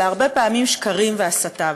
אלא הרבה פעמים שקרים והסתה.